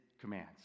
commands